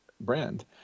brand